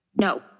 No